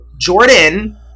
Jordan